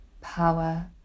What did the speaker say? power